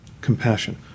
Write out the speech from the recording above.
compassion